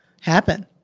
happen